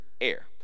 air